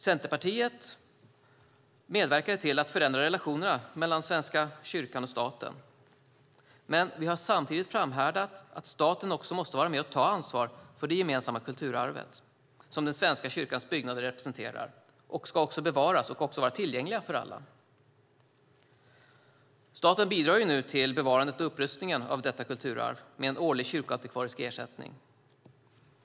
Centerpartiet medverkade till att förändra relationerna mellan Svenska kyrkan och staten. Men vi har samtidigt framhärdat i att staten måste vara med och ta ansvar för att det gemensamma kulturarv som Svenska kyrkans byggnader representerar ska bevaras och också vara tillgängligt för alla. Staten bidrar till bevarandet och upprustningen av detta kulturarv med en årlig kyrkoantikvarisk ersättning.